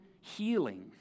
healing